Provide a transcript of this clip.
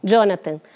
Jonathan